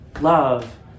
Love